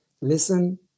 listen